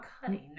cutting